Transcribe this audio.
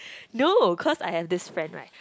no cause I have this friend right